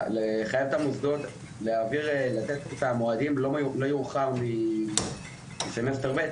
לחייב את המוסדות לתת את המועדים לא יאוחר מסמסטר ב',